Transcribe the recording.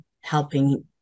helping